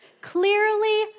Clearly